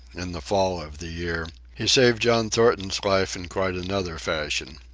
in the fall of the year, he saved john thornton's life in quite another fashion.